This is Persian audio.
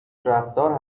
رفتار